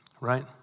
right